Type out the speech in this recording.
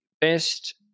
best